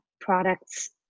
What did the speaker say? products